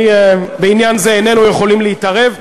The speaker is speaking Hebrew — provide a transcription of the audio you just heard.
בעניין זה איננו יכולים להתערב.